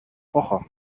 woche